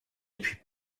appuie